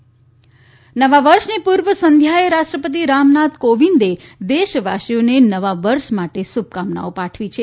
કોવિંદ શુભકામના નવા વર્ષની પૂર્વ સંધ્યાએ રાષ્ટ્રપતિ રામનાથ કોવિંદે દેશવાસીઓને નવા વર્ષ માટે શ્રભકામનાઓ પાઠવી છે